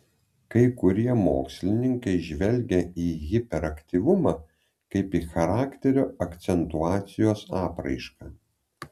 kai kurie mokslininkai žvelgia į hiperaktyvumą kaip į charakterio akcentuacijos apraišką